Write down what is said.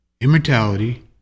Immortality